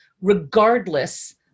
regardless